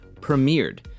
premiered